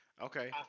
Okay